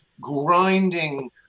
grinding